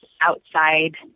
outside